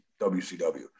WCW